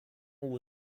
will